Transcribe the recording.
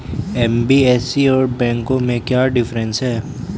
NBFC और बैंकों में क्या डिफरेंस है?